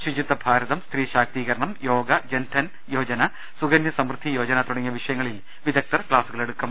ശുചിത്വ ഭാരതം സ്ത്രീ ശാക്തീകരണം യോഗ ജൻധൻ യോജ ന സുകന്യ സമൃദ്ധി യോജന തുടങ്ങിയ വിഷയങ്ങളിൽ വിദഗ്ധർ ക്ലാസുകളെടുക്കും